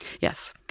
Yes